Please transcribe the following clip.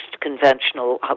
conventional